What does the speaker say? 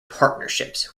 partnerships